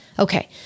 Okay